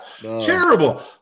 Terrible